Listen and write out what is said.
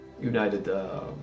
United